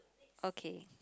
okay